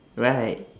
right